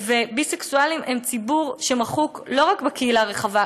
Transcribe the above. ביסקסואלים הם ציבור שמחוק לא רק בקהילה הרחבה,